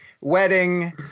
wedding